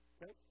Okay